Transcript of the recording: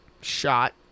shot